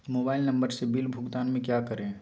Mobile number से bill भुगतान में क्या करें?